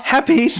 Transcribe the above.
Happy